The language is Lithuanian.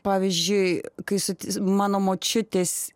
pavyzdžiui kai su mano močiutės